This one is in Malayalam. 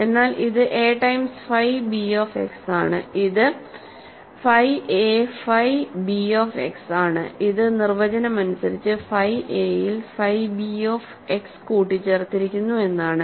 എന്നാൽ ഇത് a times phi b of xആണ് ഇത് ഫൈ a ഫൈb ഓഫ് x ആണ് ഇത് നിർവചനം അനുസരിച്ച് ഫൈ എ യിൽ ഫൈ b ഓഫ് x കൂട്ടി ചേർത്തിരിക്കുന്നു എന്നാണ്